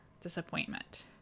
disappointment